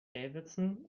davidson